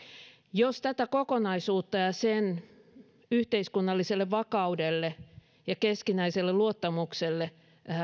jos tätä kokonaisuutta ja sen yhteiskunnalliselle vakaudelle ja keskinäiselle luottamukselle